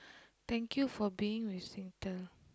thank you for being with Singtel